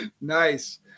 Nice